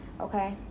okay